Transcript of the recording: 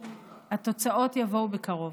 התוצאות יבואו בקרוב.